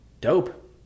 Dope